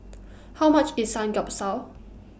How much IS Samgeyopsal